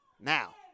now